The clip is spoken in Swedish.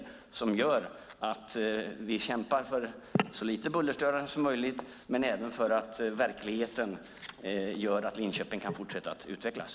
Detta skulle göra att vi kämpar för så lite bullerstörningar som möjligt, och verkligheten skulle göra så att Linköping kan fortsätta att utvecklas.